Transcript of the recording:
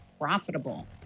profitable